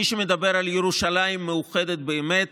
מי שמדבר על ירושלים מאוחדת באמת